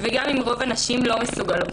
וגם אם רוב הנשים לא מסוגלות,